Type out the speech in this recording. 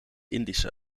indische